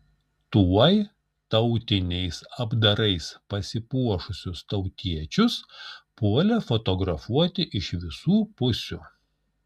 tuoj tautiniais apdarais pasipuošusius tautiečius puolė fotografuoti iš visų pusių